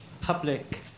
public